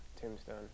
Tombstone